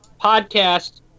podcast